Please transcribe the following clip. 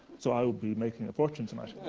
so i'll be making a fortune tonight.